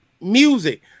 music